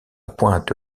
pointe